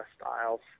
styles